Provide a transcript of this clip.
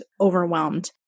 overwhelmed